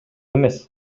эмес